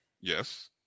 Yes